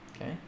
Okay